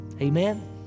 Amen